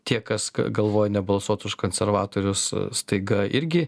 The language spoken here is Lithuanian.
tie kas galvoja nebalsuoti už konservatorius staiga irgi